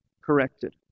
corrected